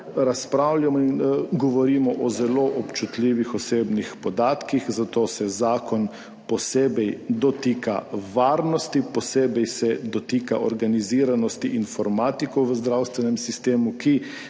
razpravljamo in govorimo o zelo občutljivih osebnih podatkih, zato se zakon posebej dotika varnosti, posebej se dotika organiziranosti informatikov v zdravstvenem sistemu, ki